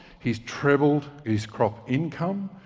he's trebled his crop income,